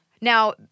Now